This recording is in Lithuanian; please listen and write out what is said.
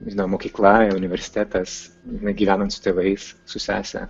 nežinau mokykla universitetas na gyvenant su tėvais su sese